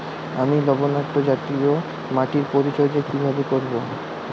আমি লবণাক্ত জাতীয় মাটির পরিচর্যা কিভাবে করব?